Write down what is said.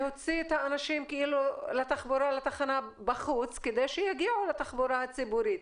להוציא את האנשים לתחנה בחוץ כדי שיגיעו לתחבורה הציבורית.